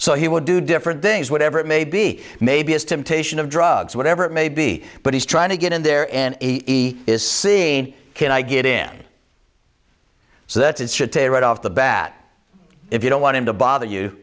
so he would do different things whatever it may be maybe as temptation of drugs whatever it may be but he's trying to get in there and he is seeing can i get in so that's it should say right off the bat if you don't want him to bother you